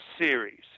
series